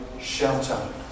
shelter